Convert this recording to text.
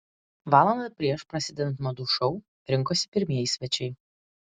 valandą prieš prasidedant madų šou rinkosi pirmieji svečiai